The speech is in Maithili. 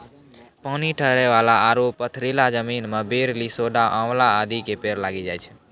पानी ठहरै वाला आरो पथरीला जमीन मॅ बेर, लिसोड़ा, आंवला आदि के पेड़ लागी जाय छै